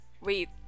wait